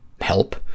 help